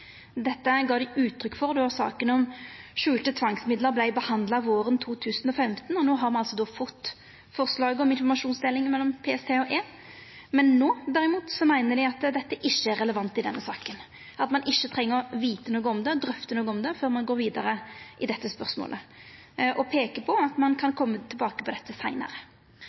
gav dei uttrykk for då saka om skjulte tvangsmiddel vart behandla våren 2015. No har me altså fått forslaget om informasjonsdeling mellom PST og E, men no, derimot, meiner dei at dette ikkje er relevant i denne saka, og at ein ikkje treng å vita noko om det eller drøfta det før ein går vidare i dette spørsmålet. Dei peiker på at ein kan koma tilbake til dette seinare.